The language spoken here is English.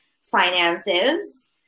finances